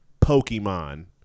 Pokemon